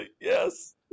yes